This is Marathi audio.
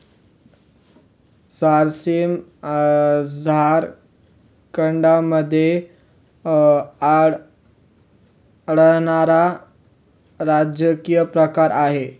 झारसीम झारखंडमध्ये आढळणारा राजकीय प्रकार आहे